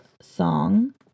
song